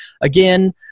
again